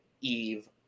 Eve